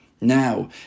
Now